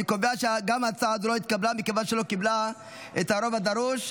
אני קובע שגם ההצעה הזו לא התקבלה מכיוון שלא קיבלה את הרוב הדרוש.